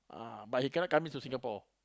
ah but he cannot come into Singapore